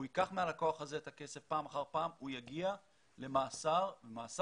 הוא ייקח מהלקוח הזה את הכסף פעם אחר פעם הוא יגיע למאסר ממושך,